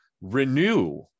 renew